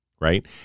right